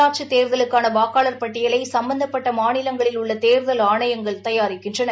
உள்ளாட்சி தேர்தலுக்காள வாக்காளர் பட்டியலை சம்பந்தப்பட்ட மாநிலங்களில் உள்ள தேர்தல் ஆணையங்கள் தயாரிக்கின்றன